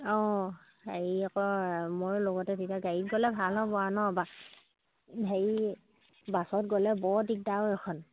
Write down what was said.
অঁ হেৰি আকৌ মইও লগতে তেতিয়া গাড়ীত গ'লে ভাল হ'ব আৰু নহ্ বা হেৰি বাছত গ'লে বৰ দিগদাৰ অ' এইখন